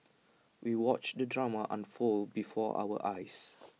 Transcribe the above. we watched the drama unfold before our eyes